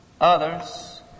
others